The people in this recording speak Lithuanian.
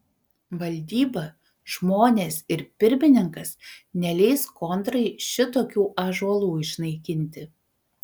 valdyba žmonės ir pirmininkas neleis kontrai šitokių ąžuolų išnaikinti